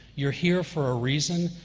you're here for a reason.